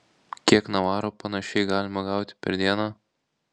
kiek navaro panašiai galima gauti per dieną